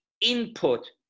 input